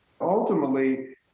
Ultimately